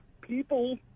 people